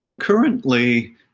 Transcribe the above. Currently